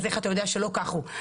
איך אתה יודע שלא כך הוא?